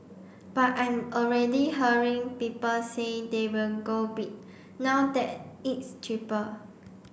but I'm already hearing people say they will go bid now that it's cheaper